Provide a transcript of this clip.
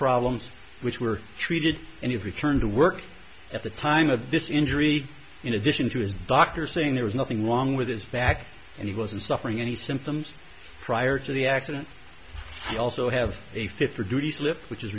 problems which were treated and he returned to work at the time of this injury in addition to his doctor saying there was nothing wrong with his back and he wasn't suffering any symptoms prior to the accident we also have a fifth for duty slip which is